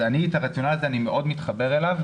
אני מתחבר מאוד לרציונל הזה.